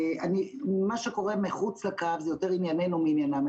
מה שקורה מחוץ לקו זה יותר עניינו מעניינם.